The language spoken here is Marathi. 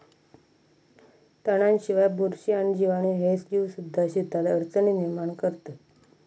तणांशिवाय, बुरशी आणि जीवाणू ह्ये जीवसुद्धा शेतात अडचणी निर्माण करतत